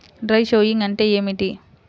Dry sowing అంటే ఏమిటి?